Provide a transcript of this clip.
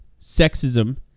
sexism